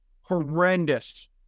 horrendous